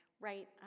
right